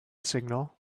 signal